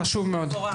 חשוב מאוד.